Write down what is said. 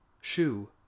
shoe